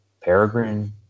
Peregrine